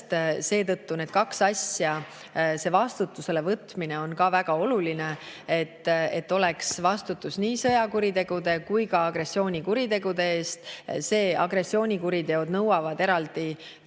Seetõttu vastutusele võtmine on ka väga oluline, et oleks vastutus nii sõjakuritegude kui ka agressioonikuritegude eest. Agressioonikuriteod nõuavad eraldi